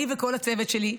אני וכל הצוות שלי,